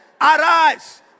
arise